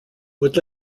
would